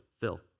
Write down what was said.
fill